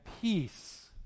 peace